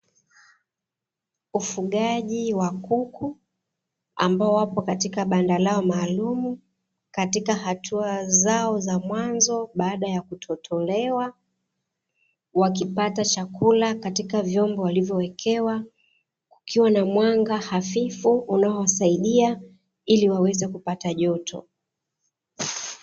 Ufugaji wa kuku, ambao wapo katika banda lao maalumu katika hatua zao za mwanzo baada ya kutotolewa, wakipata chakula katika vyombo walivyowekewa, kukiwa na mwanga hafifu unaowasaidia ili waweze kupata joto.